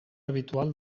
habitual